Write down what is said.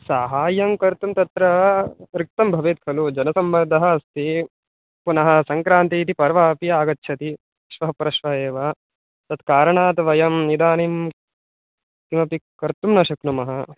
साहाय्यं कर्तुं तत्र रिक्तं भवेत् खलु जनसम्मर्दः अस्ति पुनः सङ्क्रान्तिः इति पर्व अपि आगच्छति श्वः परश्वः एव तत् कारणात् वयम् इदानीं किमपि कर्तुं न शक्नुमः